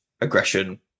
aggression